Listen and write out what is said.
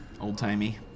Old-timey